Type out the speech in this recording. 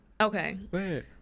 Okay